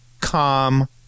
calm